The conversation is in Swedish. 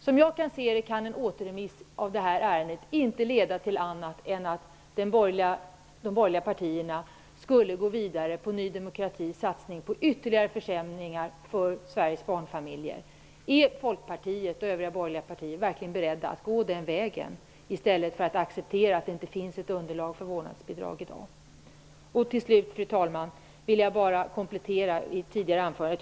Som jag ser det, kan en återremiss av det här ärendet inte leda till annat än att de borgerliga partierna går vidare med Ny demokratis satsning på ytterligare försämringar för Sveriges barnfamiljer. Är Folkpartiet och övriga borgerliga partier verkligen beredda att gå den vägen, i stället för att acceptera att det inte finns ett underlag för vårdnadsbidrag i dag? Till slut vill jag, fru talman, bara komplettera yrkandet i mitt tidigare anförande.